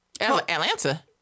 Atlanta